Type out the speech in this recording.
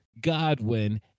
Godwin